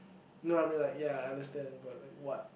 no I mean like ya I understand but like what